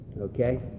Okay